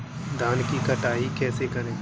धान की कटाई कैसे करें?